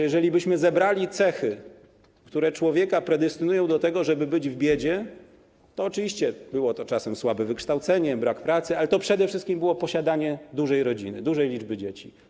Jeżelibyśmy zebrali cechy, które predestynują człowieka do tego, żeby być w biedzie, to oczywiście było to czasem słabe wykształcenie, brak pracy, ale to przede wszystkim było posiadanie dużej rodziny, dużej liczby dzieci.